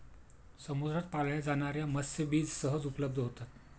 समुद्रात पाळल्या जाणार्या मत्स्यबीज सहज उपलब्ध होतात